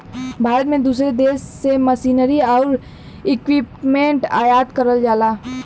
भारत में दूसरे देश से मशीनरी आउर इक्विपमेंट आयात करल जाला